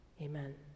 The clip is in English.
Amen